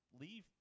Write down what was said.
leave